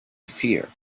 fear